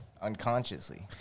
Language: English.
unconsciously